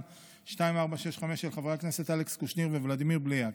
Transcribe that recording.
של חברי הכנסת אלכס קושניר וולדימיר בליאק,